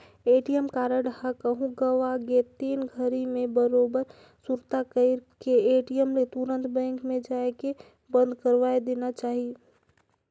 ATM card ह कहूँ गवा गे तेन घरी मे बरोबर सुरता कइर के ए.टी.एम ले तुंरत बेंक मे जायके बंद करवाये देना चाही